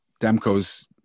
Demko's